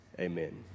Amen